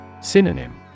Synonym